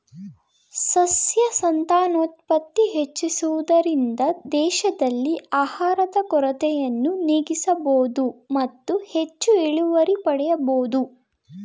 ಸಸ್ಯ ಸಂತಾನೋತ್ಪತ್ತಿ ಹೆಚ್ಚಿಸುವುದರಿಂದ ದೇಶದಲ್ಲಿ ಆಹಾರದ ಕೊರತೆಯನ್ನು ನೀಗಿಸಬೋದು ಮತ್ತು ಹೆಚ್ಚು ಇಳುವರಿ ಪಡೆಯಬೋದು